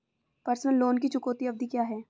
Personal loan की चुकौती अवधि क्या है?